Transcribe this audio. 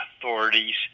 authorities